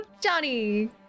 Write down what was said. Johnny